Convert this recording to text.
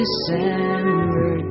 December